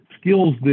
skills